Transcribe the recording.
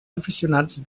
aficionats